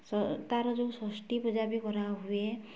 ତା'ର ଯେଉଁ ଷଷ୍ଠୀ ପୂଜା ବି କରାହୁଏ